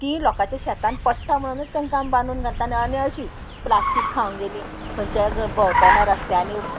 ती लोकांच्या शेतान पडटा म्हणोनूच तांकां आमी बांदून घालता आनी आनी अशी प्लास्टीक खावंक गेली खंयच्याय भोंवतना रस्त्यांनी